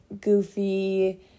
goofy